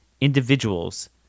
individuals